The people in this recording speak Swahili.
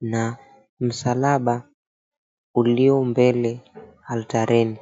na msalaba ulio mbele altarini.